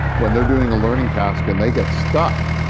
when they're doing a learning task and they get stuck,